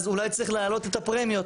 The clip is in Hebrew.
אז אולי צריך להעלות את הפרמיות?